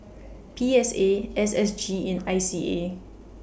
P S A S S G and I C A